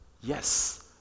Yes